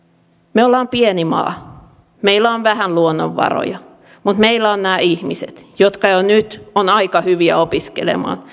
me olemme pieni maa ja meillä on vähän luonnonvaroja mutta meillä on nämä ihmiset jotka jo nyt ovat aika hyviä opiskelemaan